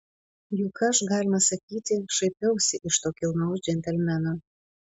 juk aš galima sakyti šaipiausi iš to kilnaus džentelmeno